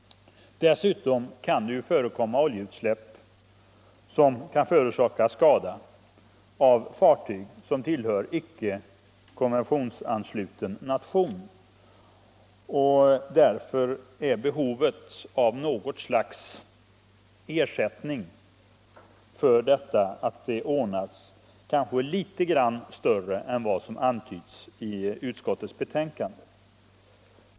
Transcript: Dessutom kan det förekomma oljeutsläpp som kan förorsaka skada av fartyg som tillhör icke konventionsansluten nation. Därför är behovet av att något slags ersättningar för detta ordnas kanske litet större än vad som antyds i utskottets betänkande.